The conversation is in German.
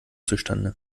zustande